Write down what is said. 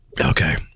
Okay